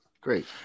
Great